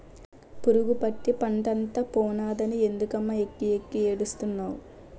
పురుగుపట్టి పంటంతా పోనాదని ఎందుకమ్మ వెక్కి వెక్కి ఏడుస్తున్నావ్